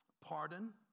Pardon